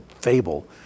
fable